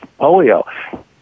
polio